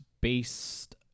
based